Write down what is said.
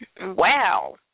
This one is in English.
Wow